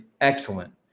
Excellent